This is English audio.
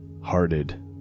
hearted